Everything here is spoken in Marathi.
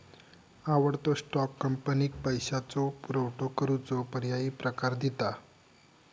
आवडतो स्टॉक, कंपनीक पैशाचो पुरवठो करूचो पर्यायी प्रकार दिता